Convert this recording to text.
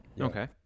Okay